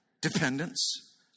Dependence